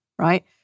right